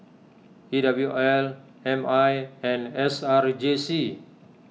E W L M I and S R J C